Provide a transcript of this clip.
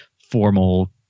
formal